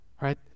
right